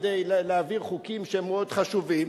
כדי להעביר חוקים שהם מאוד חשובים,